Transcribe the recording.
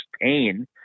pain